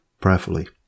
prayerfully